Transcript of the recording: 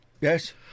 Yes